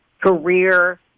career